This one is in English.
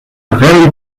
very